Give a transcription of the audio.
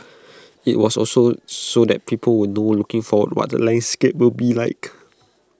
IT was also so that people will know looking forward what the landscape will be like